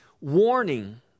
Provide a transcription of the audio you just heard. warning